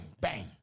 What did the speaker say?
bang